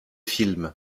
film